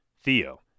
Theo